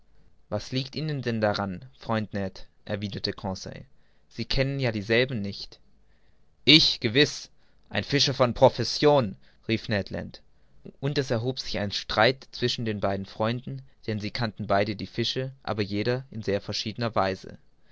was liegt ihnen denn daran freund ned erwiderte conseil sie kennen ja dieselben nicht ich gewiß ein fischer von profession rief ned land und es erhob sich ein streit zwischen den beiden freunden denn sie kannten beide die fische aber jeder in sehr verschiedener weise